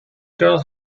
girl